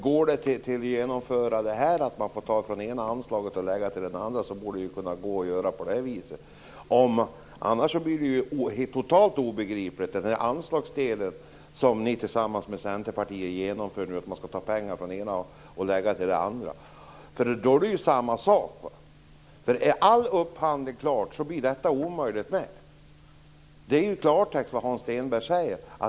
Går det att genomföra att man får ta från det ena anslaget och lägga till det andra, borde det gå att göra på det här viset också. Annars blir ju den här anslagsdelen som ni genomför tillsammans med Centerpartiet totalt obegriplig, dvs. att man skall ta pengar från det ena och lägga till det andra. Detta är ju samma sak. Är all upphandling klar, blir det här också omöjligt. Det är i klartext vad Hans Stenberg säger.